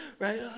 right